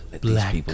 Black